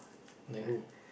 like who